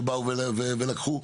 שבאו ולקחו.